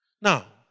Now